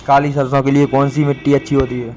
काली सरसो के लिए कौन सी मिट्टी अच्छी होती है?